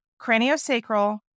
craniosacral